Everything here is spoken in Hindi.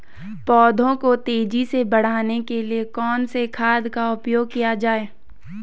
पौधों को तेजी से बढ़ाने के लिए कौन से खाद का उपयोग किया जाए?